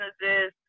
businesses